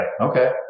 Okay